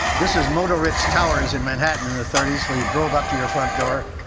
this is motor ritz towers in manhattan in the thirty s, where you drove up to your front door,